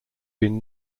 been